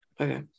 Okay